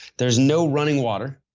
there's no running water.